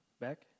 Back